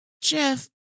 Jeff